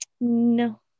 No